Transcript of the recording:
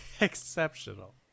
exceptional